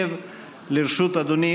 או שאת זה לא?